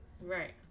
Right